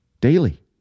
Daily